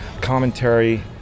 commentary